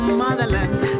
motherland